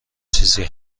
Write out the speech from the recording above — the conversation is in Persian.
چیزی